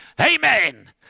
Amen